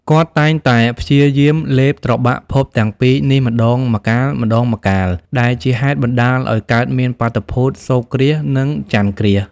គាត់តែងតែព្យាយាមលេបត្របាក់ភពទាំងពីរនេះម្ដងម្កាលៗ ដែលជាហេតុបណ្ដាលឱ្យកើតមានបាតុភូត សូរ្យគ្រាស និងចន្ទគ្រាស ។